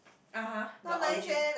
(uh huh) the origi~